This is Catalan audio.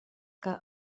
que